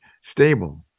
stable